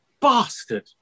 bastard